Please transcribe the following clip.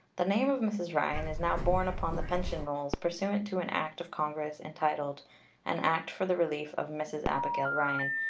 the name of mrs. ryan is now borne upon the pension rolls, pursuant to an act of congress entitled an act for the relief of mrs. abigail ryan,